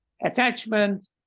Attachment